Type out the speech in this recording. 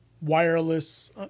wireless